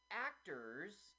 actors